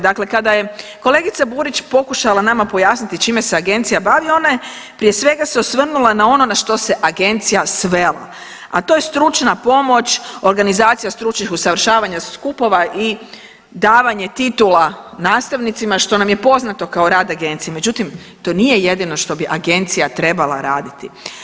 Dakle, kada je kolegica Burić pokušala nama pojasniti čime se agencija bavi, ona je prije svega se osvrnula na ono na što se agencija svela, a to je stručna pomoć, organizacija stručnih usavršavanja, skupova i davanje titula nastavnicima što nam je poznato kao rad agencije, međutim to nije jedino što bi agencija trebala raditi.